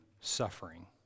suffering